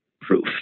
proof